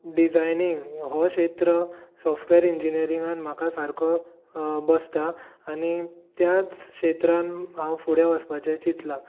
designing हो क्षेत्र software इंजिनियरींगान म्हाका सारको बसता आनी त्याच क्षेत्रान हांव फुडें वचपाचें चितलां